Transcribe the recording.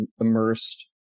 immersed